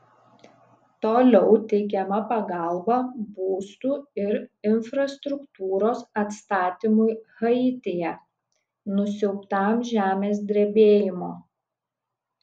toliau teikiama pagalba būstų ir infrastruktūros atstatymui haityje nusiaubtam žemės drebėjimo